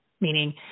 Meaning